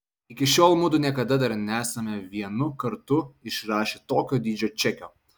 iki šiol mudu niekada dar nesame vienu kartu išrašę tokio dydžio čekio